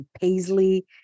paisley